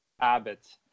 Abbott